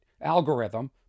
algorithm